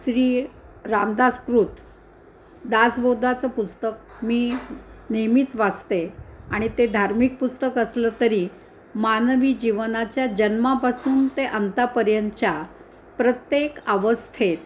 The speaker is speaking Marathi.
श्री रामदासकृत दासबोधांचं पुस्तक मी नेहमीच वाचते आणि ते धार्मिक पुस्तक असलं तरी मानवी जीवनाच्या जन्मापासून ते आतापर्यंतच्या प्रत्येक अवस्थेेत